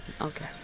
Okay